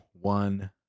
one